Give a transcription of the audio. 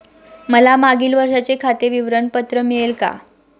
मला मागील वर्षाचे खाते विवरण पत्र मिळेल का?